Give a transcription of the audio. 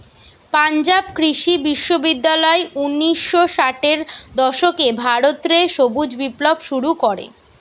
পাঞ্জাব কৃষি বিশ্ববিদ্যালয় উনিশ শ ষাটের দশকে ভারত রে সবুজ বিপ্লব শুরু করে